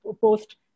post